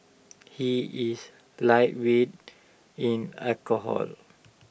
he is lightweight in alcohol